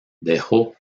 dejó